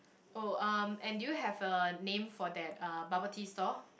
oh um and do you have a name for that uh bubble tea store